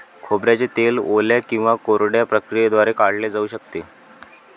खोबऱ्याचे तेल ओल्या किंवा कोरड्या प्रक्रियेद्वारे काढले जाऊ शकते